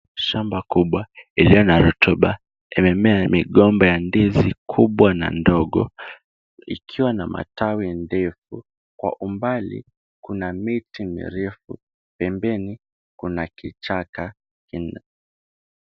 Shamba kubwa iliyo na rotuba, imemea migomba ya ndizi kubwa na ndogo, ikiwa na matawi ndefu. Kwa umbali kuna miti mirefu. Pembeni kuna kichaka kina.